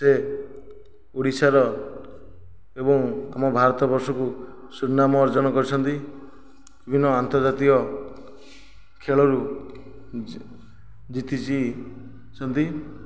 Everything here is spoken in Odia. ସେ ଓଡ଼ିଶାର ଏବଂ ଆମ ଭାରତ ବର୍ଷକୁ ସୁନାମ ଅର୍ଜନ କରିଛନ୍ତି ବିଭିନ୍ନ ଆନ୍ତର୍ଜାତୀୟ ଖେଳରୁ ଜିତିଛନ୍ତି